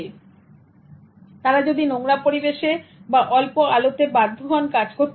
সুতরাং তারা যদি নোংরা পরিবেশে অল্প আলোতে বাধ্য হন কাজ করতে